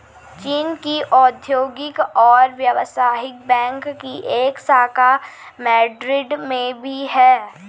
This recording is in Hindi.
चीन के औद्योगिक और व्यवसायिक बैंक की एक शाखा मैड्रिड में भी है